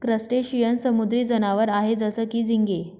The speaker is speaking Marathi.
क्रस्टेशियन समुद्री जनावर आहे जसं की, झिंगे